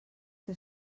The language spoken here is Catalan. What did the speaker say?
que